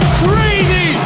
crazy